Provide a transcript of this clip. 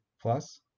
Plus